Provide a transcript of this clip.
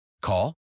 Call